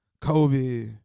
Kobe